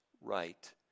right